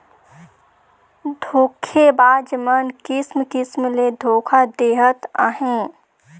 धोखेबाज मन किसिम किसिम ले धोखा देहत अहें